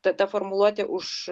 ta ta formuluotė už